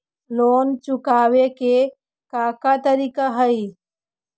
Loan चुकावे के का का तरीका हई?